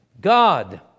God